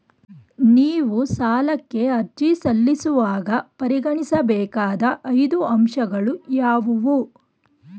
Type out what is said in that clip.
ನೀವು ಸಾಲಕ್ಕೆ ಅರ್ಜಿ ಸಲ್ಲಿಸುವಾಗ ಪರಿಗಣಿಸಬೇಕಾದ ಐದು ಅಂಶಗಳು ಯಾವುವು?